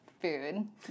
food